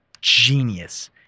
genius